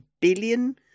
billion